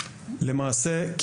למעשה,